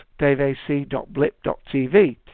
daveac.blip.tv